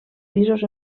pisos